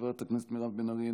חברת הכנסת מירב בן ארי,